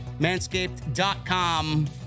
Manscaped.com